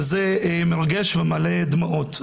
וזה מרגש ומעלה דמעות.